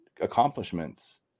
accomplishments